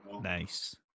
Nice